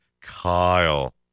Kyle